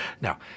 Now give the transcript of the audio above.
Now